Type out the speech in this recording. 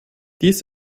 dies